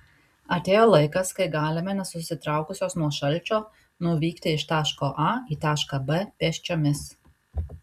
atėjo laikas kai galime nesusitraukusios nuo šalčio nuvykti iš taško a į tašką b pėsčiomis